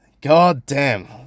Goddamn